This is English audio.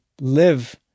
live